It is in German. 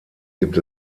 gibt